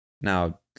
Now